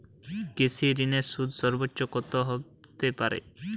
কৃষিঋণের সুদ সর্বোচ্চ কত হতে পারে?